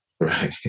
Right